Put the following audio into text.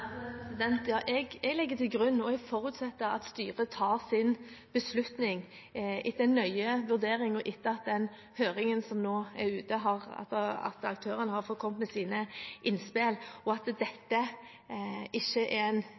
til grunn og forutsetter at styret tar sin beslutning etter en nøye vurdering og etter at aktørene har fått kommet med sine innspill til den høringen som nå er ute, og at